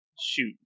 shoot